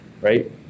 right